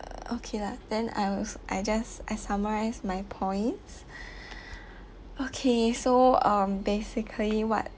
okay lah then I als~ I just I summarise my points okay so um basically what